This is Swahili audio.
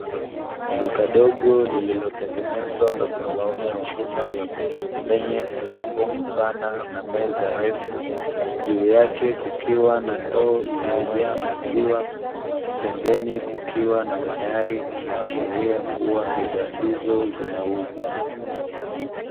Duka dogo lililotengenezwa kwa kutumia chuma lenye mlango mpana na meza refu, juu yake kukiwa na ndoo iliyojaa maziwa pembeni kukiwa na mayai, kuashiria kuwa bidhaa hizo zinauzwa.